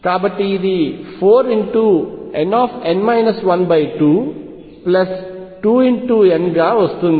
కాబట్టి ఇది 4nn 122×n గా వస్తుంది